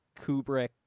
Kubrick